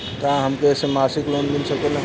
का हमके ऐसे मासिक लोन मिल सकेला?